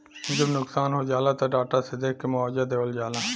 जब नुकसान हो जाला त डाटा से देख के मुआवजा देवल जाला